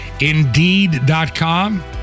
Indeed.com